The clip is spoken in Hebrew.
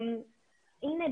הנה,